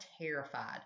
terrified